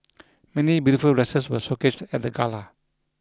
many beautiful dresses were showcased at the gala